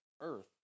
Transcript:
earth